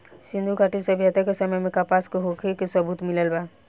सिंधुघाटी सभ्यता के समय में कपास के होखे के सबूत मिलल बा